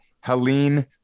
Helene